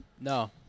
No